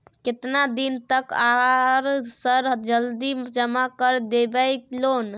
केतना दिन तक आर सर जल्दी जमा कर देबै लोन?